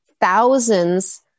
thousands